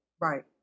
right